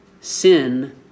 sin